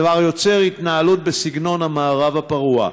הדבר יוצר התנהלות בסגנון המערב הפרוע.